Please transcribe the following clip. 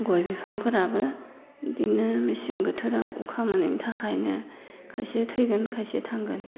गय बिफांफोराबो बेदिनो मेसें बोथोराव अखा मोनैनि थाखायनो खायसे थैगोन खायसे थांगोन